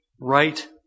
right